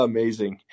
Amazing